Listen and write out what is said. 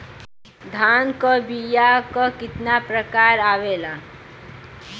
धान क बीया क कितना प्रकार आवेला?